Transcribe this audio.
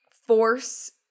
force